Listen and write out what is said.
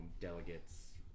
delegates